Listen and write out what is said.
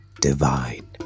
divine